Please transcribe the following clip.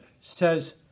says